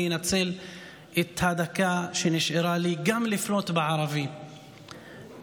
אני אנצל את הדקה שנשארה לי לפנות גם בערבית,